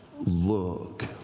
Look